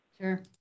sure